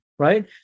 right